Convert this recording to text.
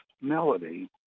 melody